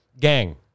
gang